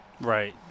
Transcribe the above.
Right